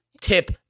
tip